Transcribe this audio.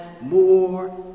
more